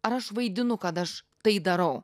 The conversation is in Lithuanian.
ar aš vaidinu kad aš tai darau